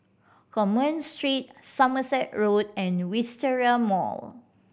Commerce Street Somerset Road and Wisteria Mall